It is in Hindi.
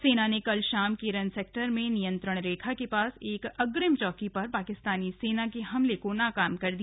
सेना ने कल शाम केरन सेक्टर में नियंत्रण रेखा के पास एक अग्रिम चौकी पर पाकिस्तानी सेना के हमले को नाकाम कर दिया